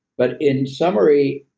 but in summary,